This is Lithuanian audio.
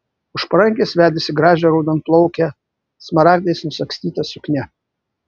už parankės vedėsi gražią raudonplaukę smaragdais nusagstyta suknia